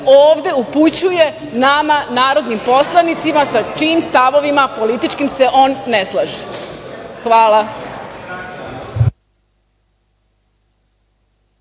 ovde upućuje nama, narodnim poslanicima, sa čijim stavovima političkim se on ne slaže. Hvala.